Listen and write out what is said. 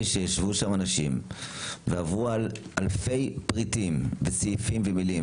שישבו שם אנשים ועברו על אלפי פריטים וסעיפים ומילים,